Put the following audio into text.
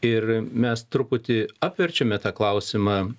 ir mes truputį apverčiame tą klausimą